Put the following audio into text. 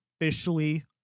officially